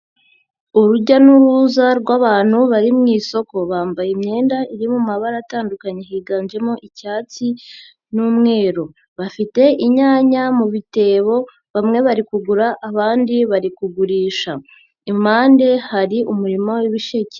Urujya n'uruza rw'abantu bari mu isoko, bambaye imyenda iri mu mabara atandukanye higanjemo icyatsi n'umweru, bafite inyanya mu bitebo, bamwe bari kugura, abandi bari kugurisha, impande hari umurima w'ibisheke.